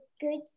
good